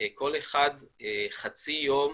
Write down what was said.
כל אחד חצי יום,